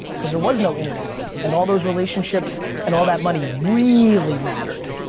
cause there was no internet and all those relationships and all that money really mattered.